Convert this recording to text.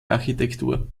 architektur